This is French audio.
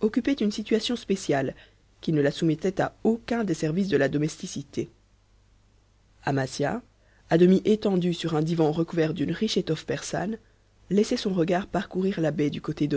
occupait une situation spéciale qui ne la soumettait à aucun des services de la domesticité amasia à demi étendue sur un divan recouvert d'une riche étoffe persane laissait son regard parcourir la baie du côté